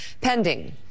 pending